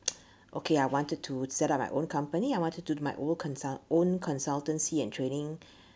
okay I wanted to set up my own company I wanted to do my ow~ consult own consultancy and training